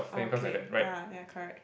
okay ah yeah correct